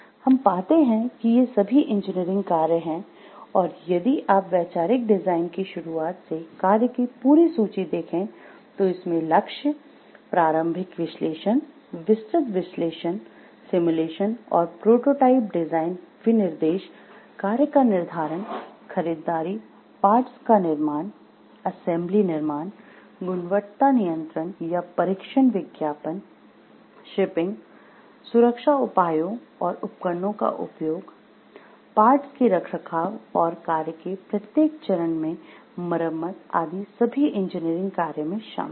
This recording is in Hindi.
हम पाते हैं कि ये सभी इंजीनियरिंग कार्य हैं और यदि आप वैचारिक डिजाइन की शुरुआत से कार्य की पूरी सूची देखें तो इसमें लक्ष्य प्रारंभिक विश्लेषण विस्तृत विश्लेषण सिमुलेशन और प्रोटोटाइप डिजाइन विनिर्देश कार्य का निर्धारण खरीददारी पार्ट्स का निर्माण असेम्बली निर्माण गुणवत्ता नियंत्रण या परीक्षण विज्ञापन शिपिंग सुरक्षा उपायों और उपकरणों का उपयोग पार्ट्स के रखरखाव और कार्य के प्रत्येक चरण में मरम्मत आदि सभी इंजीनियरिंग कार्य में शामिल है